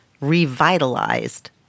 revitalized